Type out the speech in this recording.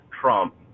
Trump